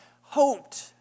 hoped